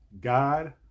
God